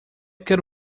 quero